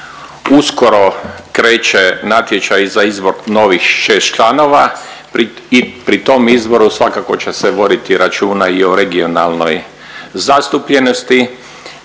Uskoro kreće natječaj za izbor novih 6 članova i pri tom izboru svakako će se voditi računa i o regionalnoj zastupljenosti